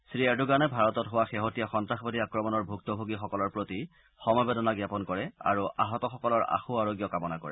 শ্ৰীএৰ্ডোগানে ভাৰতত হোৱা শেহতীয়া সন্নাসবাদী আক্ৰমণৰ ভুক্তভোগীসকলৰ প্ৰতি সমবেদনা জ্ঞাপন কৰে আৰু আহতসকলৰ আশু আৰোগ্য কামনা কৰে